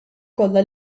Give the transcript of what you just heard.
kollha